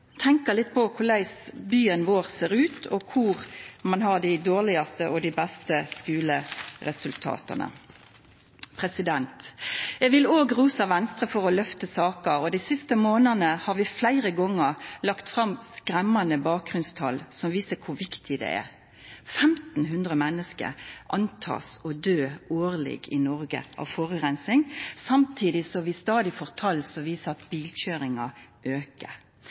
litt på korleis byen vår ser ut, og kvar ein har dei dårlegaste og dei beste skuleresultata. Eg vil òg rosa Venstre for å løfta saka. Dei siste månadene har vi fleire gonger lagt fram skremmande bakgrunnstal som viser kor viktig dette er. 1 500 menneske årleg antar ein døyr i Noreg av forureining, samtidig som vi stadig får tal som viser at bilkøyringa aukar.